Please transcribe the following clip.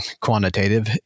quantitative